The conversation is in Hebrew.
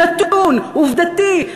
נתון עובדתי,